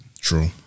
True